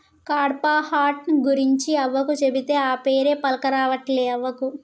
కడ్పాహ్నట్ గురించి అవ్వకు చెబితే, ఆ పేరే పల్కరావట్లే అవ్వకు